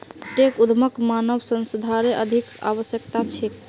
tech उद्यमक मानव संसाधनेर अधिक आवश्यकता छेक